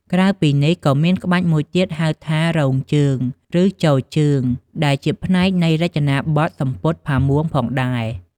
ក្រៅពីនេះ ក៏មានក្បាច់មួយទៀតហៅថា 'រងជើង' ឬ 'ជរជើង' ដែលជាផ្នែកនៃរចនាប័ទ្មសំពត់ផាមួងផងដែរ។